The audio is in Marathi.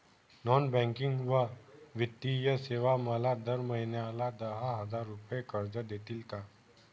नॉन बँकिंग व वित्तीय सेवा मला दर महिन्याला दहा हजार रुपये कर्ज देतील का?